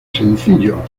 sencillo